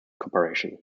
corporation